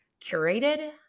curated